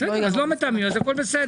לא מתאמים, אז הכול בסדר.